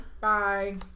Bye